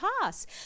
pass